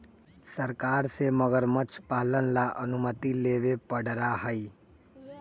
सरकार से मगरमच्छ पालन ला अनुमति लेवे पडड़ा हई